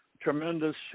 tremendous